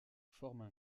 forment